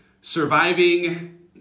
surviving